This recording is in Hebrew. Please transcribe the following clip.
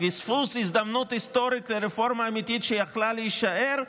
פספוס הזדמנות היסטורית לרפורמה אמיתית שיכלה להישאר.